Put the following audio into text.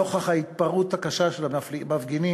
נוכח ההתפרעות הקשה של המפגינים,